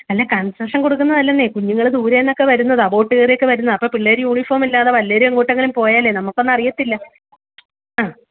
അല്ല കൺസെഷൻ കൊടുക്കുന്നതല്ലെന്നേ കുഞ്ഞുങ്ങൾ ദൂരെന്നൊക്കെ വരുന്നതാണ് ബോട്ടു കയറിയൊക്കെ വരുന്നതാണ് അപ്പോൾ പിള്ളേർ യൂണിഫോമില്ലാതെ വല്ലോരും എങ്ങോട്ടെങ്കിലും പോയാലെ നമുക്കൊന്നറിയത്തില്ല ആ